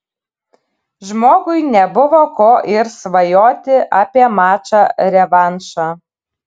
žmogui nebuvo ko ir svajoti apie mačą revanšą